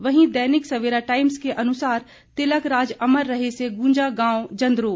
वहीं दैनिक सवेरा टाइम्म के अनुसार तिलकराज अमर रहे से गूंजा गांव जंद्रो